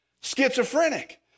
Schizophrenic